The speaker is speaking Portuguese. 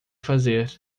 fazer